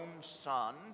son